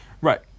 right